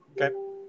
Okay